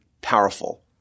powerful